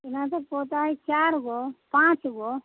एना तऽ पोता हइ चारिगो पाँचगो